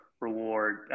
reward